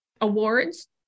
awards